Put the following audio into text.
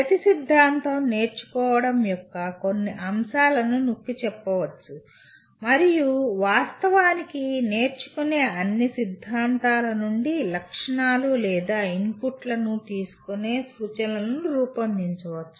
ప్రతి సిద్ధాంతం "నేర్చుకోవడం" యొక్క కొన్ని అంశాలను నొక్కిచెప్పవచ్చు మరియు వాస్తవానికి నేర్చుకునే అన్ని సిద్ధాంతాల నుండి లక్షణాలు లేదా ఇన్పుట్లను తీసుకునే సూచనలను రూపొందించవచ్చు